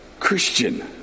christian